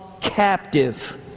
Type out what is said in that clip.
captive